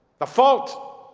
the fault,